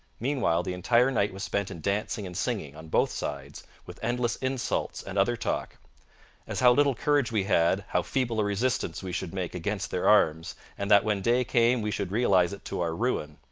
meanwhile the entire night was spent in dancing and singing, on both sides, with endless insults and other talk as how little courage we had, how feeble a resistance we should make against their arms, and that when day came we should realize it to our ruin.